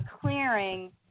clearing